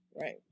Right